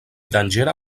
danĝera